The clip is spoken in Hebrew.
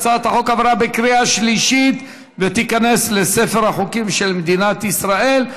הצעת החוק עברה בקריאה שלישית ותיכנס לספר החוקים של מדינת ישראל.